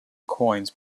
coins